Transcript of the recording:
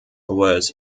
was